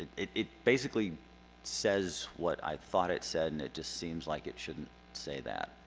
it it basically says what i thought it said, and it just seems like it shouldn't say that.